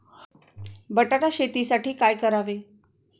बटाटा शेतीसाठी काय करावे?